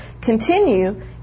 Continue